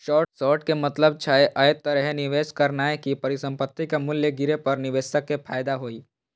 short के मतलब छै, अय तरहे निवेश करनाय कि परिसंपत्तिक मूल्य गिरे पर निवेशक कें फायदा होइ